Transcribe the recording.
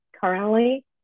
currently